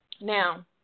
Now